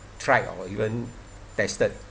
tried or even tested